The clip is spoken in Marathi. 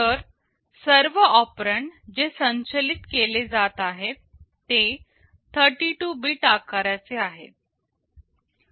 तर सर्व ऑपेरन्ड जे संचलित केले जात आहेत ते 32 बीट आकारचे आहेत